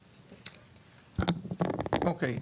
אוקיי,